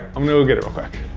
i'm gonna go get it quick.